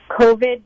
COVID